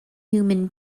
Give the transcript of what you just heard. human